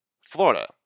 Florida